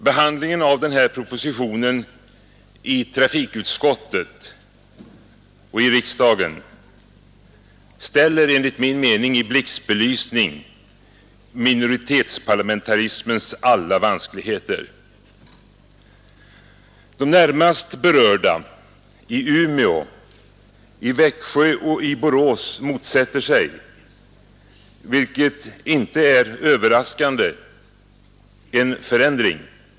Behandlingen av propositionen i trafikutskottet och i kammaren ställer enligt min mening i blixtbelysning minoritetsparlamentarismens alla vanskligheter. De närmast berörda — i Umeå, i Växjö och i Borås — motsätter sig, vilket inte är överraskande, en förändring.